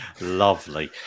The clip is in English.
lovely